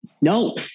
No